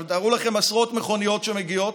תארו לכם עשרות מכוניות שמגיעות,